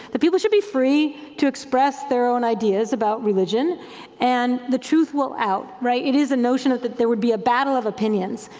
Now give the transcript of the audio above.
the people should be free to express their own ideas about religion and the truth will out. it is a notion that that there would be a battle of opinions,